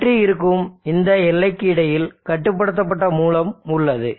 battery இருக்கும் இந்த எல்லைக்கு இடையில் கட்டுப்படுத்தப்பட்ட மூலம் உள்ளது